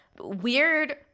weird